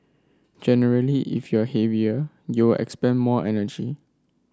generally if you're heavier you'll expend more energy